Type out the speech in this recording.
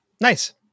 Nice